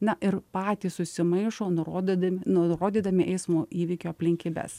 na ir patys susimaišo nurodydami nurodydami eismo įvykio aplinkybes